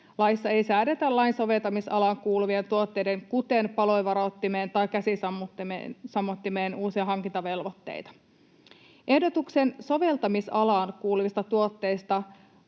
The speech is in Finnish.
laissa ei säädetä lain soveltamisalaan kuuluvien tuotteiden, kuten palovaroittimen tai käsisammuttimen, uusia hankintavelvoitteita. Ehdotuksen soveltamisalaan kuuluvista tuotteista